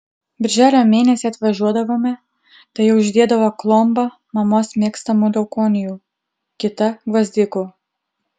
birželio mėnesį atvažiuodavome tai jau žydėdavo klomba mamos mėgstamų leukonijų kita gvazdikų